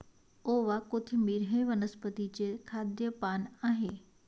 ओवा, कोथिंबिर हे वनस्पतीचे खाद्य पान आहे